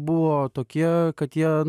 buvo tokie kad jie